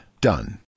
Done